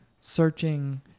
searching